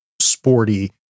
sporty